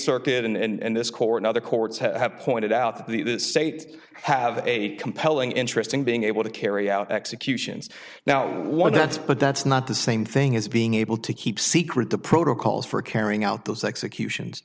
circuit and this court other courts have pointed out that the state have a compelling interest in being able to carry out executions now one that's but that's not the same thing as being able to keep secret the protocols for carrying out those executions